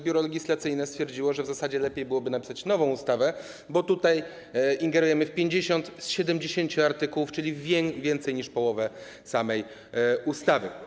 Biuro Legislacyjne stwierdziło, że w zasadzie lepiej byłoby napisać nową ustawę, bo ingerujemy tutaj w 50 z 70 artykułów, czyli w więcej niż połowę samej ustawy.